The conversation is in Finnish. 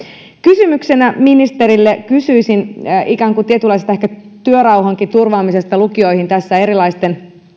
kysymyksenä ministerille kysyisin tietynlaisen ehkä työrauhan turvaamisesta lukioissa tässä erilaisten